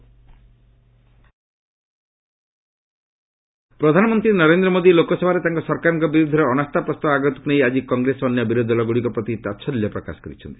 BJP meeting ପ୍ରଧାନମନ୍ତ୍ରୀ ନରେନ୍ଦ୍ର ମୋଦି ଲୋକସଭାରେ ତାଙ୍କ ସରକାରଙ୍କ ବିରୁଦ୍ଧରେ ଅନାସ୍ତା ପ୍ରସ୍ତାବ ଆଗତକୁ ନେଇ ଆଜି କଂଗ୍ରେସ ଓ ଅନ୍ୟ ବିରୋଧୀ ଦଳଗୁଡ଼ିକ ପ୍ରତି ତାହଲ୍ୟ ପ୍ରକାଶ କରିଛନ୍ତି